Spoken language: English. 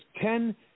ten